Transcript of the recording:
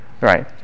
Right